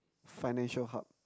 financial hub